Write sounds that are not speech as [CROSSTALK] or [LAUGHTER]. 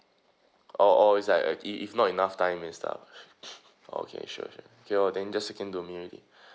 oh oh is like if if not enough time then stop [BREATH] okay sure sure okay then just second domain already